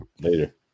Later